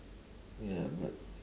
ya but